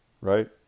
right